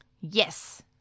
Yes